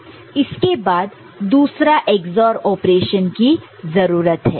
इसके बाद दूसरा XOR ऑपरेशन की जरूरत है